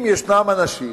אם ישנם אנשים